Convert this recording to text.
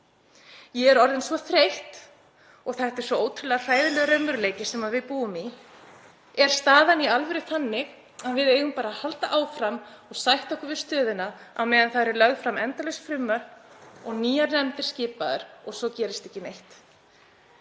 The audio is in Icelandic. Ég er orðin svo þreytt og þetta er svo ótrúlega hræðilegur raunveruleiki sem við búum í. Er staðan í alvöru þannig að við eigum bara að halda áfram og sætta okkur við stöðuna á meðan það eru lögð fram endalaus frumvörp og nýjar nefndir skipaðar og svo gerist ekki neitt?“